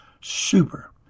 super